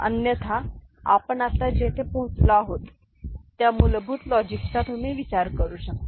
अन्यथा आपण आता जेथे पोचलो आहोत त्या मूलभूत लॉजिकचा तुम्ही विचार करू शकता